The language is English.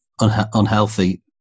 unhealthy